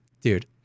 dude